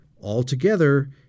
Altogether